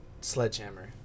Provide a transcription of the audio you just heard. Sledgehammer